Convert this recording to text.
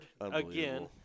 again